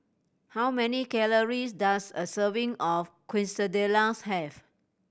how many calories does a serving of Quesadillas have